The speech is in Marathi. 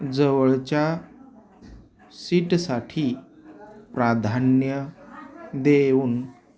जवळच्या सीटसाठी प्राधान्य देऊन